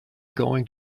going